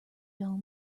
dull